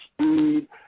speed